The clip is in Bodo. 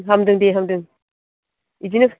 हामदों दे हामदों बिदिनो